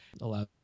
allow